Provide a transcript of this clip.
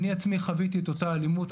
אני עצמי חוויתי את אותה אלימות,